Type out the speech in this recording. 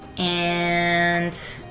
and.